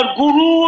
guru